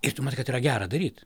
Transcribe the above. ir tu matai kad yra gera daryt